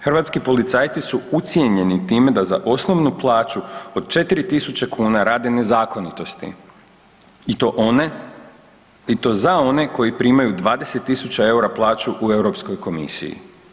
Hrvatski policajci su ucijenjeni time da za osnovnu plaću od 4.000 kuna rade nezakonitosti i to za one koji primaju 20.000 EUR-a plaću u Europskoj komisiji.